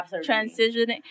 Transitioning